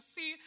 See